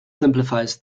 simplifies